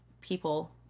people